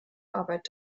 arbeit